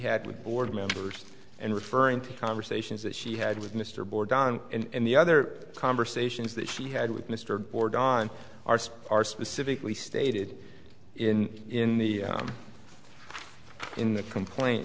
had with board members and referring to conversations that she had with mr board on and the other conversations that she had with mr board on our side are specifically stated in in the in the complaint